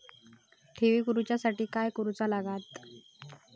ठेवी करूच्या साठी काय करूचा लागता?